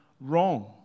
wrong